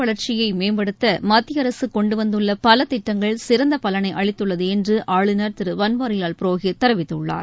வளர்ச்சியைமேம்படுத்தமத்தியஅரசுகொண்டுவந்துள்ளபலதிட்டங்கள் நாட்டின் தொழிற் சிறந்தபலனைஅளித்துள்ளதுஎன்றுஆளுநர் திருபன்வாரிவால் புரோஹித் தெரிவித்துள்ளார்